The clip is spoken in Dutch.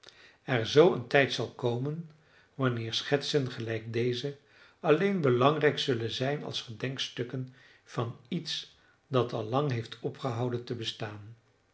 er zoo een tijd zal komen wanneer schetsen gelijk deze alleen belangrijk zullen zijn als gedenkstukken van iets dat al lang heeft opgehouden te bestaan